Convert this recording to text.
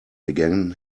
began